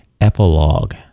epilogue